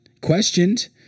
questioned